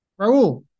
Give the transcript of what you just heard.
Raul